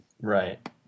right